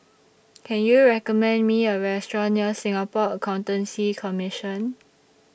Can YOU recommend Me A Restaurant near Singapore Accountancy Commission